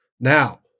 Now